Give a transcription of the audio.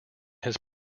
his